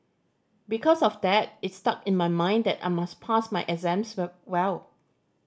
because of that it stuck in my mind that I must pass my exams well